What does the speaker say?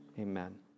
Amen